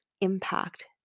impact